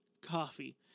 coffee